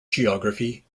geography